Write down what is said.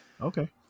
Okay